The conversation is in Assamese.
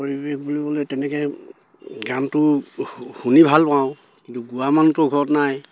পৰিৱেশ বুলিবলে তেনেকে গানটো শুনি ভাল পাওঁ কিন্তু গোৱা মানটো ঘৰত নাই